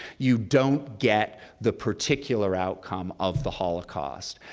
you don't get the particular outcome of the holocaust.